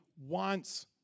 wants